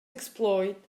exploit